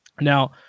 Now